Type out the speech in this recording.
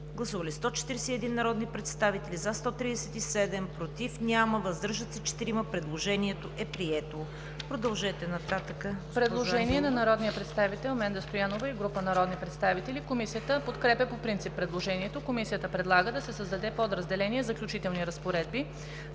Гласували 141 народни представители: за 137, против няма, въздържали се 4. Предложението е прието. ДОКЛАДЧИК ЕВГЕНИЯ АНГЕЛОВА: Предложение от народния представител Менда Стоянова и група народни представители. Комисията подкрепя по принцип предложението. Комисията предлага да се създаде подразделение „Заключителни разпоредби“